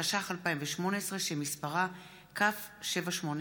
התשע"ח 2018, שמספרה כ/781.